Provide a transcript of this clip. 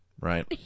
right